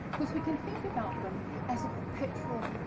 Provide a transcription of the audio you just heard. because we can think about them as a perpetual,